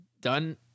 done